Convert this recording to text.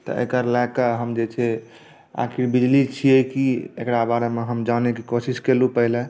तऽ एकरा लए कऽ हम जे छै आखिर बिजली छियै की एकरा बारेमे हम जानयके कोशिश केलहुँ पहिले